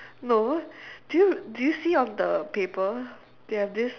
no do you do you see on the paper they have this